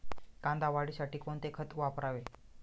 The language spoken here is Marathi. कांदा वाढीसाठी कोणते खत वापरावे?